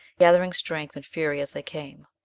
gathering strength and fury as they came.